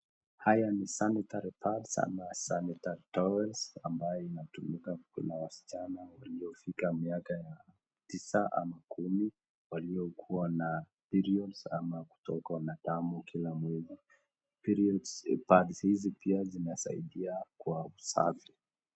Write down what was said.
Haya ni sanitary pads ama sanitary towels ambayo inatumika na wasichana waliofika miaka ya tisa au kumi wanaokuwa na periods ama kutokwa na damu kila mwezi. periods pads hizi pia zinasaidia kwa usafi.